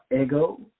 Ego